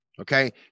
Okay